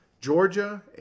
Georgia